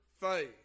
faith